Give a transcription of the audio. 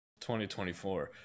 2024